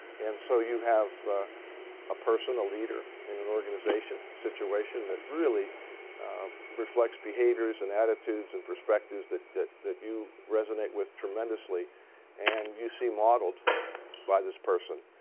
and so you have a person a leader in an organization situation that really reflects behaviors and attitudes and perspectives that that you resonate with tremendously and you see modelled by this person,